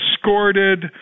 escorted